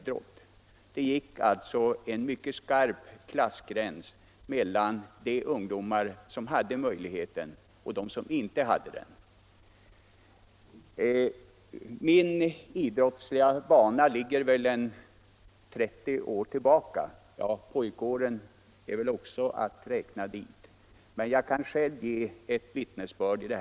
Det fanns en mycket skarp klassgräns mellan de ungdomar som hade möjlighet att utöva idrott och de som inte hade det. Jag kan själv ge ett vittnesbörd om detta, eftersom min idrottsliga verksamhet ligger ca 30 år tillbaka i tiden.